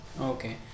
okay